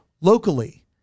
locally